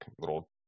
little